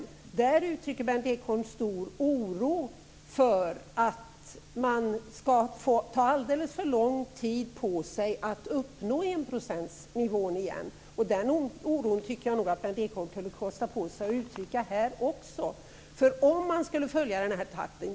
I Dagen uttrycker Berndt Ekholm stor oro för att man skall ta alldeles för lång tid på sig att uppnå enprocentsnivån igen. Den oron tycker jag nog att Berndt Ekholm kunde kosta på sig att uttrycka här också.